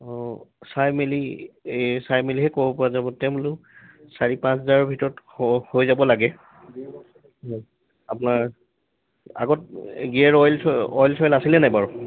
অঁ চাই মেলি এই চাই মেলিহে ক'ব পৰা যাব তেওঁ বোলো চাৰি পাঁচ হাজাৰৰ ভিতৰত হ'ব হৈ যাব লাগে আপোনাৰ আগত গিয়াৰ অইল অইল চইল আছিলে নাই বাৰু